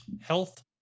Health